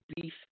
beef